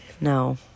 No